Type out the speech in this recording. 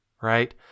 Right